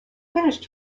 finished